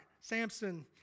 Samson